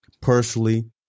personally